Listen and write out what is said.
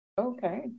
Okay